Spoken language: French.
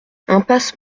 impasse